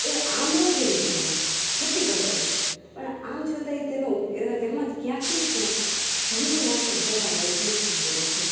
એ આમ ઓર્ગનીક ગણાશે ખેતી કરેલો છે પણ આમ છતાંય તેનો એમાં ક્યાંક ને ક્યાંક જંતુનાશક દવાનો ઉપયોગ થયેલો છે